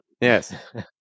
Yes